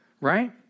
right